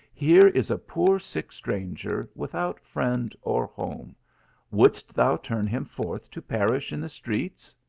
here is a poor sick stranger, without friend or home wouldst thou turn him forth to perish in the streets?